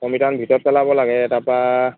দুশ মিটাৰমান ভিতৰত চলাব লাগে তাপা